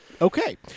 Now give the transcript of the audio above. Okay